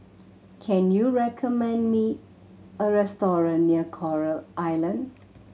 can you recommend me a restaurant near Coral Island